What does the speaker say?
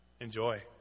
Enjoy